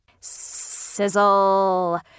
Sizzle